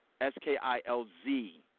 S-K-I-L-Z